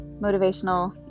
motivational